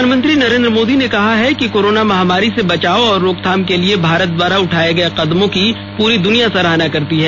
प्रधानमंत्री नरेन्द्र मोदी ने कहा है कि कोरोना महामारी से बचाव और रोकथाम के लिए भारत द्वारा उठाये कदमों की पूरी द्निया सराहना करता है